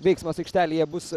veiksmas aikštelėje bus